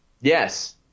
Yes